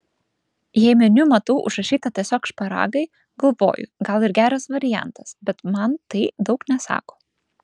jei meniu matau užrašyta tiesiog šparagai galvoju gal ir geras variantas bet man tai daug nesako